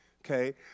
okay